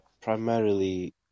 Primarily